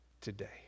today